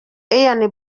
ian